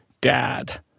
dad